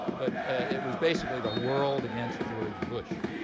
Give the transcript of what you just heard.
but it was basically the world against george bush.